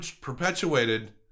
Perpetuated